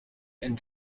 and